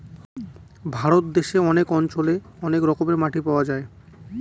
ভারত দেশে অনেক অঞ্চলে অনেক রকমের মাটি পাওয়া যায়